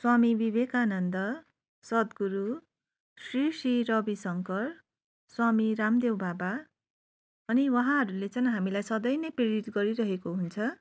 स्वामी विवेकानन्द सदगुरु श्री श्री रवी शङ्कर स्वामी रामदेव बाबा अनि उहाँहरूले चाहिँ हामीलाई सधैँ नै प्रेरित गरिरहेको हुन्छ